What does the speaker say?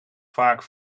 vaak